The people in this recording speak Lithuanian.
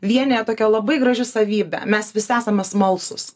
vienija tokia labai graži savybė mes visi esame smalsūs